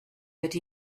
but